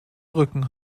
rücken